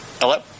Hello